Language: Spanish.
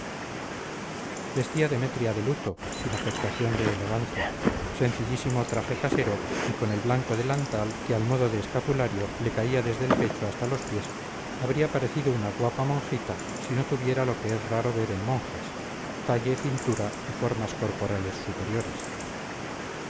vestía demetria de luto sin afectación de elegancia sencillísimo traje casero y con el blanco delantal que al modo de escapulario le caía desde el pecho hasta los pies habría parecido una guapa monjita si no tuviera lo que es raro ver en monjas talle cintura y formas corporales superiores